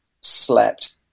slept